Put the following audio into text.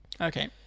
Okay